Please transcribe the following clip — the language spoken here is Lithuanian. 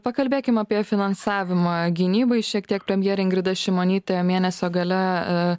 pakalbėkim apie finansavimą gynybai šiek tiek premjerė ingrida šimonytė mėnesio gale e